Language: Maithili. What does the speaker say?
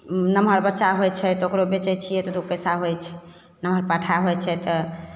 नमहर बच्चा होइ छै तऽ ओकरो बेचै छिए तऽ दुइ पइसा होइ छै नमहर पाठा होइ छै तऽ